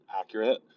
accurate